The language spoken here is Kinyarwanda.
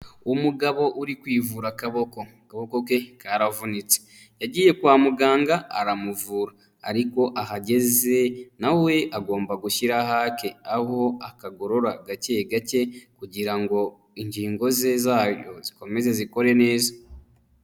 Umugabo uri kwivura akaboko. Akaboko ke karavunitse yagiye kwa muganga aramuvura ariko ahageze nawe agomba gushyiraho ake aho akagorora gake gake kugira ngo ingingo ze zayo zikomeze zikore neza.